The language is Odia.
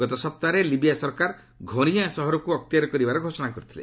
ଗତ ସପ୍ତାହରେ ଲିବିଆ ସରକାର ଘରିୟାଁ ସହରକୁ ଅକ୍ତିଆର କରିଥିବାର ଘୋଷଣା କରିଥିଲେ